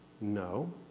No